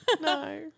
No